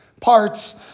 parts